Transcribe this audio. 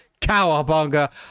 Cowabunga